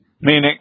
meaning